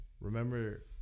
remember